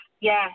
Yes